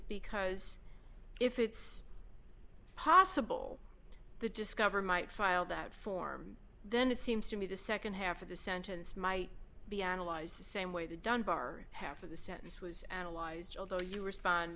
because if it's possible the discover might file that form then it seems to me the nd half of the sentence might be analyzed the same way to dunbar half of the sentence was analyzed although you respond